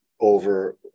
over